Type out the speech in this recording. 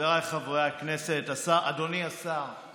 חבריי חברי הכנסת, אדוני השר,